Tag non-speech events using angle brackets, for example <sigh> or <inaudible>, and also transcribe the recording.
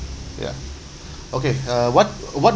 ya <breath> okay uh what what